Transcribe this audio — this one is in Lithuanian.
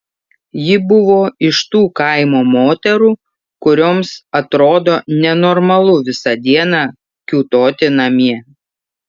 ji buvo iš tų kaimo moterų kurioms atrodo nenormalu visą dieną kiūtoti namie